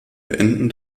beenden